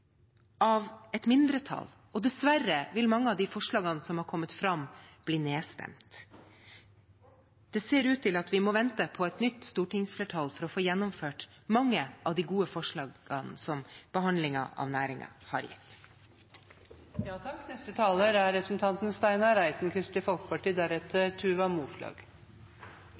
av dem blir fremmet her i dag av et mindretall, men dessverre vil mange av de forslagene som har kommet fram, bli nedstemt. Det ser ut til at vi må vente på et nytt stortingsflertall for å få gjennomført mange av de gode forslagene som behandlingen av meldingen har